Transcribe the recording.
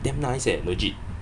damn nice eh legit